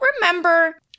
remember